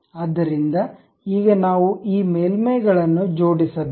ಆದ್ದರಿಂದ ಈಗ ನಾವು ಈ ಮೇಲ್ಮೈಗಳನ್ನು ಜೋಡಿಸಬೇಕು